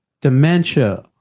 dementia